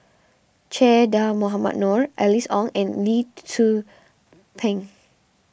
Che Dah Mohamed Noor Alice Ong and Lee Tzu Pheng